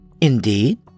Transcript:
Indeed